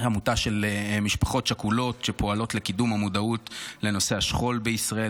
עמותה של משפחות שכולות שפועלות לקידום המודעות לנושא השכול בישראל.